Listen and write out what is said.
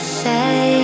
say